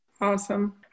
Awesome